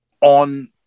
on